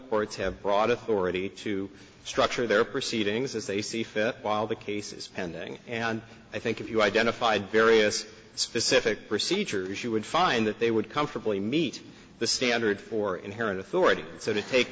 courts have broad authority to structure their proceedings as they see fit while the cases pending and i think if you identified various specific procedures you would find that they would comfortably meet the standard for inherent authority so to take